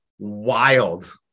Wild